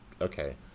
okay